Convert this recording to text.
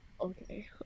Okay